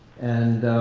and